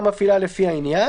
פה אין שינוי.